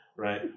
Right